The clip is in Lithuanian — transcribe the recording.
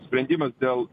sprendimas dėl